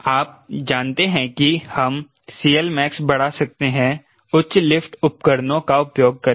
आप जानते हैं कि हम CLmax बढ़ा सकते हैं उच्च लिफ्ट उपकरणों का उपयोग करके